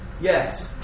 Yes